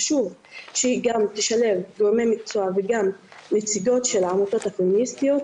חשוב שהיא גם תשלב גורמי מקצוע וגם נציגות של העמותות הפמיניסטיות.